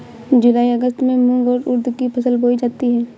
जूलाई अगस्त में मूंग और उर्द की फसल बोई जाती है